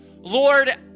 Lord